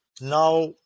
now